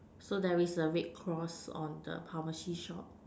so there is a red cross on the pharmacy shop